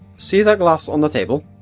see that glass on the table?